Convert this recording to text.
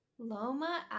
Loma